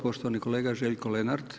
Poštovani kolega Željko Lenart.